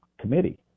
committee